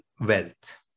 wealth